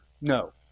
no